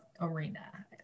arena